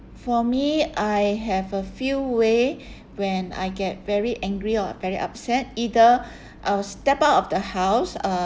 for me I have a few way when I get very angry or very upset either I will step out of the house uh